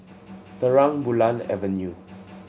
Terang Bulan Avenue